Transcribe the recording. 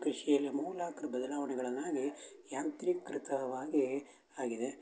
ಕೃಷಿಯಲ್ಲಿ ಅಮೂಲಾಗ್ರ ಬದಲಾವಣೆಗಳನ್ನಾಗಿ ಯಾಂತ್ರಿಕೃತವಾಗೀ ಆಗಿದೆ